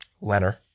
Leonard